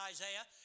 Isaiah